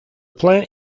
plant